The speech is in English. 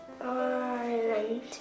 Ireland